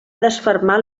desfermar